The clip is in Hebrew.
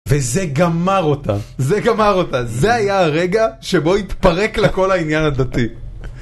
וזה גמר אותה, זה גמר אותה, זה היה הרגע שבו התפרק לה כל העניין הדתי.